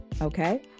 Okay